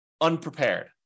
unprepared